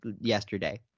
yesterday